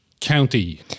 County